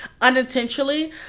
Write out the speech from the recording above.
unintentionally